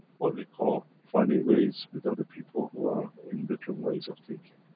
what we call, funny ways with other people who are in different ways of thinking.